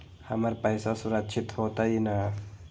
हमर पईसा सुरक्षित होतई न?